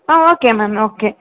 ah okay ma'am okay